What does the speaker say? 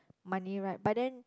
money right but then